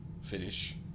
finish